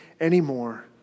anymore